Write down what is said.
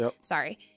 sorry